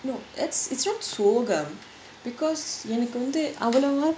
no it's it's not சோகம்:sogam because எனக்கு வந்து அளவை:enakku vanthu alavai